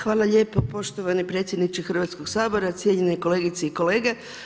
Hvala lijepo poštovanu predsjedniče Hrvatskog sabora, cijenjene kolegice i kolege.